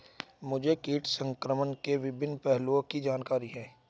मुझे कीट संक्रमण के विभिन्न पहलुओं की जानकारी है